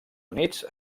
units